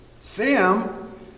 Sam